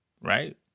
Right